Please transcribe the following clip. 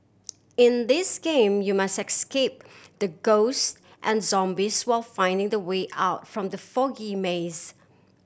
in this game you must escape the ghost and zombies while finding the way out from the foggy maze